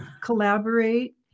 collaborate